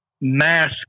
mask